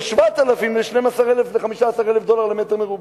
7,000 ל-12,000 ול-15,000 דולר למ"ר?